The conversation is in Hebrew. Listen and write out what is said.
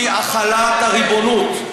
הכרעה היא החלת הריבונות.